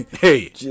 hey